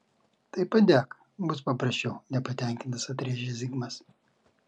tai padek bus paprasčiau nepatenkintas atrėžė zigmas